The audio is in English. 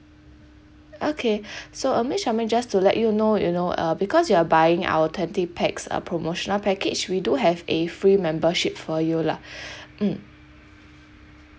okay so um miss charmaine just to let you know you know uh because you're buying our twenty pax uh promotional package we do have a free membership for you lah mm